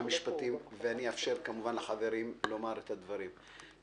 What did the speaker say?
משפטים ואאפשר כמובן לחברים לומר את דבריהם.